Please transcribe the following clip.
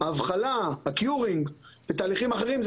הבחלה ותהליכים אחרים,